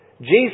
Jesus